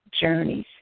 journeys